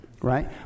Right